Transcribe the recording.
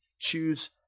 choose